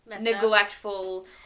...neglectful